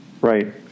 right